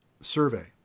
survey